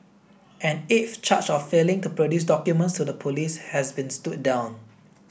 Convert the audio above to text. an eighth charge of failing to produce documents to the police has been stood down